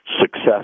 success